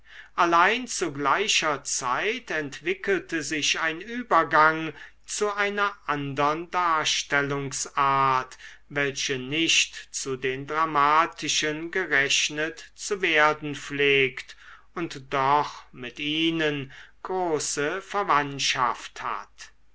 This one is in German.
allein zu gleicher zeit entwickelte sich ein übergang zu einer andern darstellungsart welche nicht zu den dramatischen gerechnet zu werden pflegt und doch mit ihnen große verwandtschaft hat